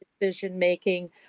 decision-making